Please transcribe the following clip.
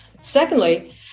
Secondly